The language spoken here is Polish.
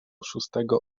szóstego